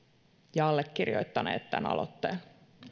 ja allekirjoittaneet tämän aloitteen